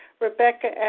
Rebecca